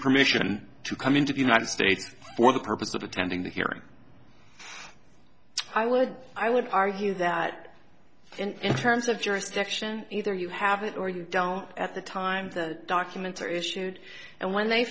permission to come into the united states for the purpose of attending the hearing i would i would argue that in terms of jurisdiction either you have it or you don't at the time the documents are issued and when they